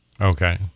Okay